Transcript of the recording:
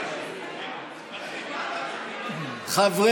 חבר